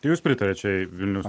jūs pritariat šiai vilniaus